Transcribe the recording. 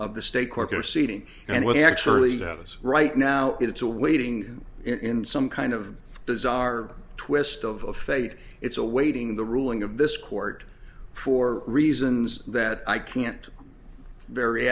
of the state court proceeding and what they actually sent us right now it's a waiting in some kind of bizarre twist of fate it's awaiting the ruling of this court for reasons that i can't very